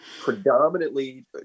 predominantly